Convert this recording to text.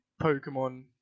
Pokemon